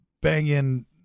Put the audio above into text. banging